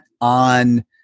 on